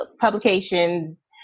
publications